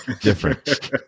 Different